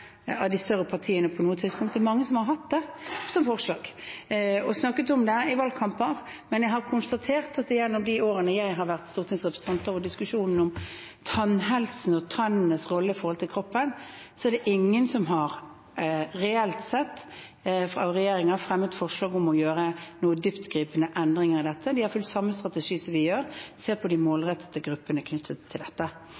av de større partiene – på noe tidspunkt. Det er mange som har hatt det som forslag og snakket om det i valgkamper, men jeg har konstatert at gjennom de årene jeg har vært stortingsrepresentant, er det, i diskusjonen om tannhelsen og tennenes rolle i kroppen, ingen regjeringer som reelt sett har fremmet forslag om å gjøre noen dyptgripende endringer i dette. De har fulgt samme strategi som vi gjør, se på